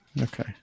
Okay